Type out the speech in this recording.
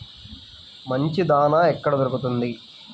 మంచి దాణా ఎక్కడ దొరుకుతుంది?